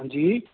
हां जी